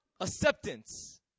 acceptance